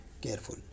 careful